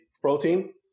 protein